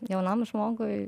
jaunam žmogui